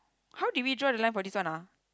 how did we draw the line for this one ah